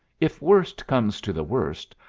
if worst comes to the worst,